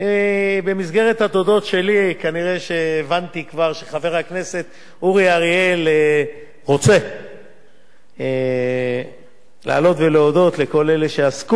הבנתי כבר שחבר הכנסת אורי אריאל רוצה להודות לכל אלה שעסקו,